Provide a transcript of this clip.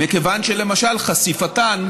מכיוון שלמשל חשיפתן